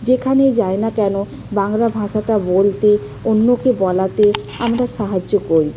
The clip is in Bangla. যেখানে যাই না কেন বাংলা ভাষাটা বলতে অন্যকে বলাতে আমরা সাহায্য করি